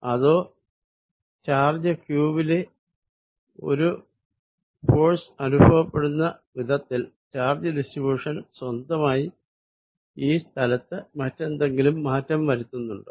അതോ charge q വില ഒരു ഫോഴ്സ് അനുഭവപ്പെടുന്ന വിധത്തിൽ ചാർജ് ഡിസ്ട്രിബ്യുഷൻ സ്വന്തമായി ഈ സ്ഥലത്തു എന്തെങ്കിലും മാറ്റം വരുത്തുന്നുണ്ടോ